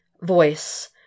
voice